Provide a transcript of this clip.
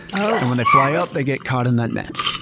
and when they fly up, they get caught in that net.